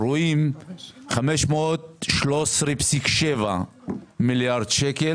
רואים 513.7 מיליארד שקל,